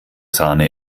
sahne